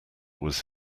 was